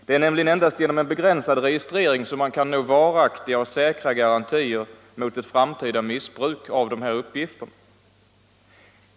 Det är nämligen endast genom en begränsad registrering som man kan nå varaktiga och säkra garantier mot ett framtida missbruk av dessa uppgifter.